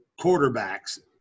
quarterbacks